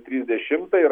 trisdešimtą ir